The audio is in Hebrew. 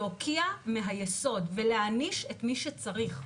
להוקיע מהיסוד, ולהעניש את מי שצריך.